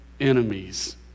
enemies